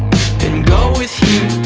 and go with you.